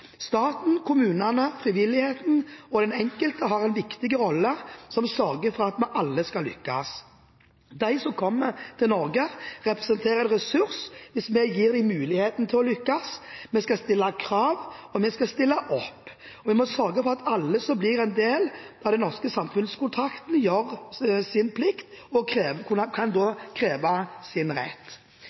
Staten, kommunene, frivilligheten og den enkelte har en viktig rolle, som sørger for at vi alle skal lykkes. De som kommer til Norge, representerer en ressurs hvis vi gir dem muligheten til å lykkes. Vi skal stille krav, og vi skal stille opp. Vi må sørge for at alle som blir en del av den norske samfunnskontrakten, gjør sin plikt, og kan da kreve sin rett.